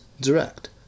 direct